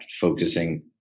focusing